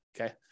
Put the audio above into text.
Okay